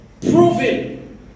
Proven